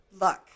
look